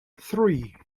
three